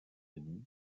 unis